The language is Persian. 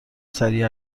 سریع